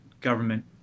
government